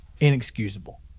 inexcusable